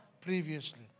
previously